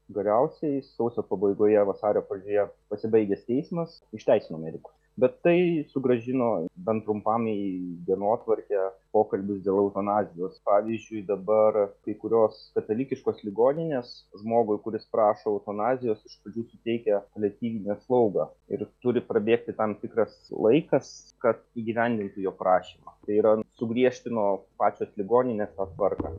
galiausiai sausio pabaigoje vasario pradžioje pasibaigęs teismas išteisino medikus bet tai sugrąžino bent trumpam į dienotvarkę pokalbius dėl eutanazijos pavyzdžiui dabar kai kurios katalikiškos ligoninės žmogui kuris prašo eutanazijos iš pradžių suteikia paliatyvinę slaugą ir turi prabėgti tam tikras laikas kad įgyvendinti jo prašymą tai yra sugriežtino pačios ligoninės tą tvarką